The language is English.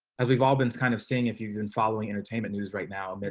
as we've all been kind of saying if you've been following entertainment news right now. but